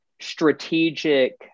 strategic